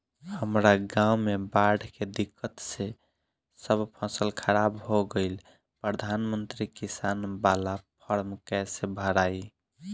हमरा गांव मे बॉढ़ के दिक्कत से सब फसल खराब हो गईल प्रधानमंत्री किसान बाला फर्म कैसे भड़ाई?